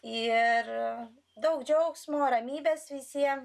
ir daug džiaugsmo ramybės visiem